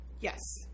Yes